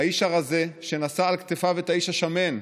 האיש הרזה, שנשא על כתפיו את האיש השמן,